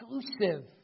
exclusive